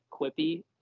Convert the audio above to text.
quippy